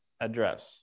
address